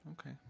Okay